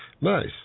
Nice